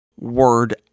word